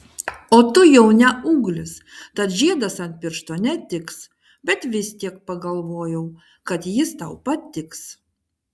o tu jau ne ūglis tad žiedas ant piršto netiks bet vis tiek pagalvojau kad jis tau patiks